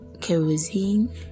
kerosene